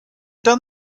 done